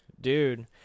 Dude